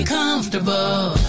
comfortable